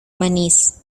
manís